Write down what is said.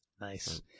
Nice